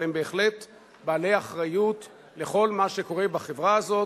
אבל הם בהחלט בעלי אחריות לכל מה שקורה בחברה הזאת,